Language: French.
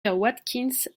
watkins